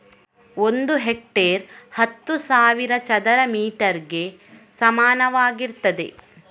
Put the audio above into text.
ಒಂದು ಹೆಕ್ಟೇರ್ ಹತ್ತು ಸಾವಿರ ಚದರ ಮೀಟರ್ ಗೆ ಸಮಾನವಾಗಿರ್ತದೆ